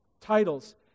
Titles